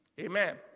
Amen